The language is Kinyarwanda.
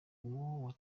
uwo